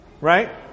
right